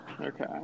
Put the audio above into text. Okay